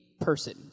person